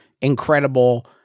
incredible